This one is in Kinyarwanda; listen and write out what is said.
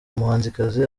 muhanzikazi